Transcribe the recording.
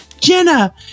Jenna